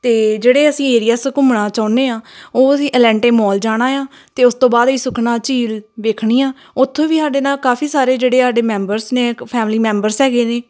ਅਤੇ ਜਿਹੜੇ ਅਸੀਂ ਏਰੀਆਸ ਘੁੰਮਣਾ ਚਾਹੁੰਦੇ ਹਾਂ ਉਹ ਅਸੀਂ ਅਲੈਂਟੇ ਮੋਲ ਜਾਣਾ ਆ ਅਤੇ ਉਸ ਤੋਂ ਬਾਅਦ ਅਸੀਂ ਸੁਖਨਾ ਝੀਲ ਦੇਖਣੀ ਆ ਉੱਥੋਂ ਵੀ ਸਾਡੇ ਨਾਲ ਕਾਫ਼ੀ ਸਾਰੇ ਜਿਹੜੇ ਸਾਡੇ ਮੈਂਬਰਸ ਨੇ ਫੈਮਲੀ ਮੈਂਬਰਸ ਹੈਗੇ ਨੇ